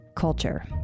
culture